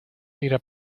tira